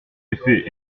effet